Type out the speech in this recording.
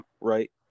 right